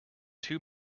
too